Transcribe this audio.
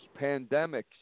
pandemics